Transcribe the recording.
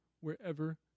wherever